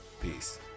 Peace